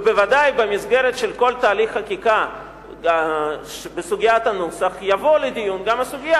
ובוודאי במסגרת של כל תהליך החקיקה בסוגיית הנוסח תבוא לדיון גם הסוגיה